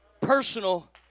Personal